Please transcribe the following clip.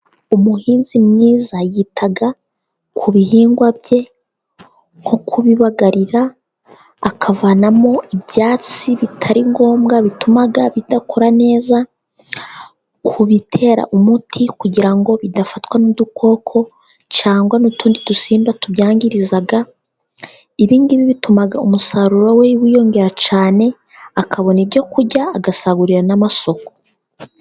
Umuhinzi mwiza yita ku bihingwa bye nko kubibagarira akavanamo ibyatsi bitari ngombwa bituma bidakura neza, ku bitera umuti kugira ngo bidafatwa n'udukoko cyangwa n'utundi dusimba tubyangiza. Ibi ngibi bituma umusaruro we wiyongera cyane akabona ibyo kurya agasagurira n'amasoko.